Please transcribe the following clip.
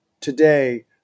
today